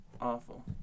awful